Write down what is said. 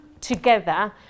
together